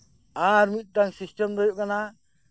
ᱟᱨ ᱢᱤᱫᱴᱟᱝ ᱥᱤᱥᱴᱮᱢ ᱫᱚ ᱦᱩᱭᱩᱜ ᱠᱟᱱᱟ